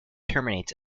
terminates